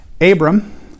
Abram